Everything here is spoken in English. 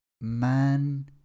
man